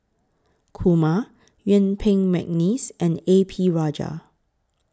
Kumar Yuen Peng Mcneice and A P Rajah